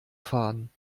fahren